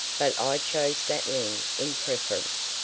but i chose that ring in preference.